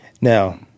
Now